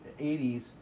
80s